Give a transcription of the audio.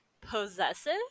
possessive